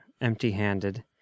empty-handed